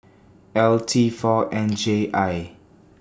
L T four N J I